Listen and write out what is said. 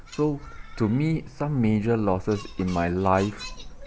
so to me some major losses in my life